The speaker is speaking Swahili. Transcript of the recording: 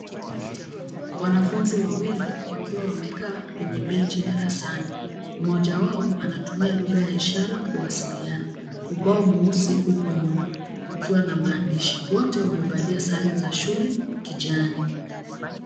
Wanafunzi wawili wakiwa wamekaa kwenye benchi darasani. Mmoja wao anatumia lugha ya ishara kuwasiliana. Ubao mweusi upo nyuma ukiwa na maandishi. Wote wamevalia sare za shule kijani.